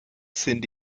sind